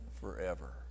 forever